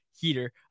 heater